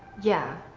yeah,